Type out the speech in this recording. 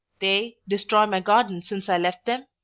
they, destroy my garden since i left them?